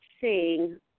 seeing